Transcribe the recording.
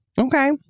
Okay